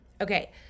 okay